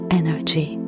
energy